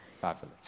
Fabulous